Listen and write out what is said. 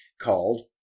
called